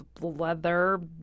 leather